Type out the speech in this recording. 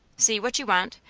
see what you want,